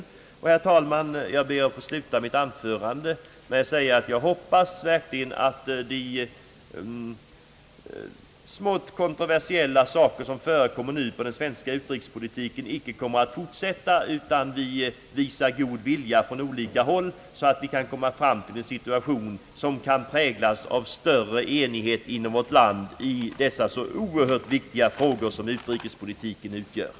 Jag ber, herr talman, att få sluta mitt anförande med att framhålla, att jag verkligen hoppas att de smått kontroversiella frågor som nu förekommer inom den svenska utrikespolitiken inte kommer att förbli olösta i fortsättningen, utan att vi visar god vilja från olika håll så att vi kan nå fram till en situation präglad av större enighet inom vårt land i de så oerhört viktiga frågor som utrikespolitiken innehåller.